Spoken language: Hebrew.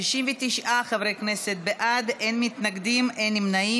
69 חברי כנסת בעד, אין מתנגדים, אין נמנעים.